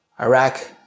Iraq